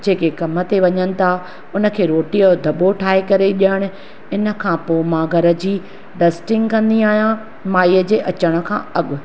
जेके कम ते वञनि था हुनखे रोटी जो धॿो ठाहे करे ॾियण हिन खां पोइ मां घर जी डस्टिंग कंदी आहियां माईअ जे अचण खां अॻु